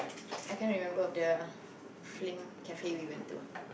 I can't remember of the fling cafe we went to